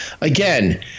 Again